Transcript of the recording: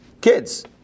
Kids